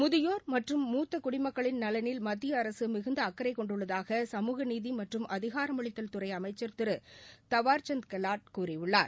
முதியோர் மற்றும் மூத்த குடிமக்களின் நலனில் மத்திய அரசு மிகுந்த அக்கறை கொண்டுள்ளதாக சமூக நீதி மற்றும் அதிகாரமளித்தல் துறை அமைச்சர் திரு தாவர்சந்த் கெலாட் கூறியுள்ளார்